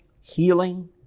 healing